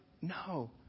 No